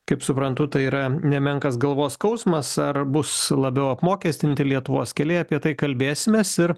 kaip suprantu tai yra nemenkas galvos skausmas ar bus labiau apmokestinti lietuvos keliai apie tai kalbėsimės ir